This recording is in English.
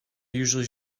usually